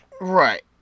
Right